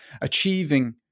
achieving